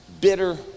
bitter